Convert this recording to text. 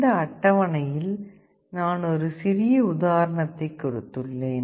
இந்த அட்டவணையில் நான் ஒரு சிறிய உதாரணத்தைக் கொடுத்துள்ளேன்